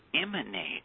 emanate